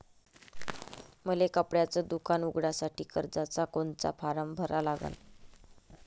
मले कपड्याच दुकान उघडासाठी कर्जाचा कोनचा फारम भरा लागन?